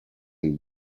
would